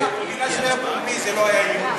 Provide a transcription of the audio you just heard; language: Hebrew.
מכיוון שזה היה פומבי זה לא היה איום.